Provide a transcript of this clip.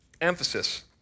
emphasis